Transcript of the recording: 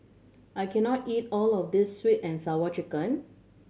I can not eat all of this Sweet And Sour Chicken